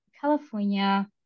California